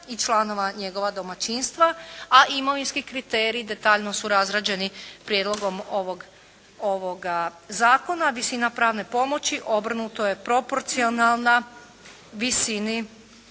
i članova njegova domaćinstva, a imovinski kriteriji detaljno su razrađeni prijedlogom ovoga zakona. Visina pravne pomoći obrnuto je proporcionalna visini